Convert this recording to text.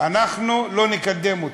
אנחנו לא נקדם אותו.